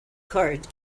card